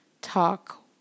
talk